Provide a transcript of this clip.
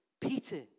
Peter